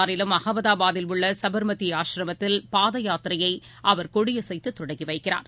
மாநிலம் அகமதாபாத்தில் உள்ளசபர்மதி ஆஸ்ரமத்தில் பாதயாத்திரையைஅவர் குஜாத் கொடியசைத்தொடங்கிவைக்கிறார்